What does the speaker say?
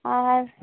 ᱟᱨ